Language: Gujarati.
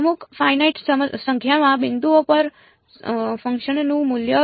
અમુક ફાઇનાઇટ સંખ્યામાં બિંદુઓ પર ફંક્શનનું મૂલ્ય